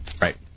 Right